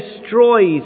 destroys